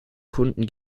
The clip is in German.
kunden